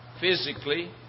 physically